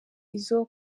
izo